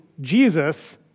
Jesus